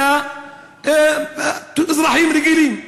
אלא בתור אזרחים רגילים.